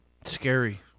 Scary